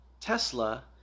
Tesla